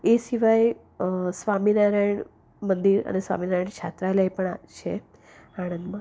એ સિવાય સ્વામિનારાયણ મંદિર અને સ્વામિનારાયણ છાત્રાલય પણ છે આણંદમાં